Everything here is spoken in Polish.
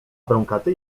pękaty